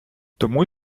тому